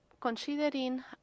considering